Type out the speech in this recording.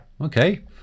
okay